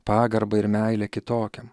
pagarbą ir meilę kitokiam